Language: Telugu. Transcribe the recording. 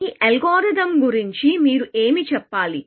ఈ అల్గోరిథం గురించి మీరు ఏమి చెప్పాలి